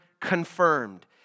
confirmed